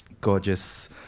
gorgeous